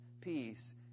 peace